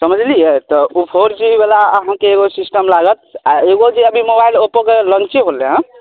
समझलियै तऽ ओ फोर जी बला अहाँके एगो सिस्टम लागत आ एगो जे अभी मोबाइल ओप्पोके लाञ्चे होलए हँ